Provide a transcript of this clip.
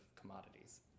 commodities